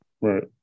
right